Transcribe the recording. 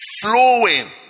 flowing